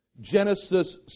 Genesis